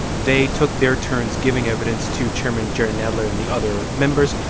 they took their turns giving evidence to chairman jerry nadler and the other members,